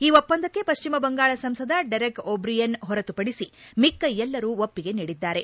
ಈ ಒಪ್ಪಂದಕ್ಕೆ ಪಶ್ಚಿಮ ಬಂಗಾಳ ಸಂಸದ ಡೆರೆಕ್ ಒಬ್ರಿಯೆನ್ ಹೊರತುಪಡಿಸಿ ಮಿಕ್ಕ ಎಲ್ಲರೂ ಒಪ್ಪಿಗೆ ನೀಡಿದ್ದಾರೆ